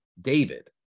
David